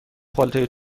پالتوی